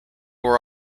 were